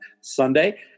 Sunday